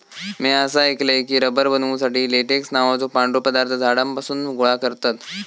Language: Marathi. म्या असा ऐकलय की, रबर बनवुसाठी लेटेक्स नावाचो पांढरो पदार्थ झाडांपासून गोळा करतत